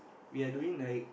we are doing like